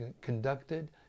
conducted